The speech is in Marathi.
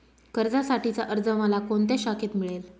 कर्जासाठीचा अर्ज मला कोणत्या शाखेत मिळेल?